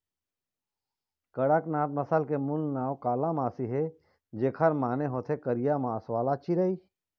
कड़कनाथ नसल के मूल नांव कालामासी हे, जेखर माने होथे करिया मांस वाला चिरई